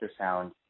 ultrasound